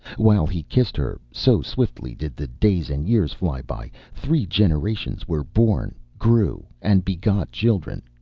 while he kissed her, so swiftly did the days and years flee by, three generations were born, grew and begot children,